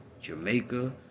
Jamaica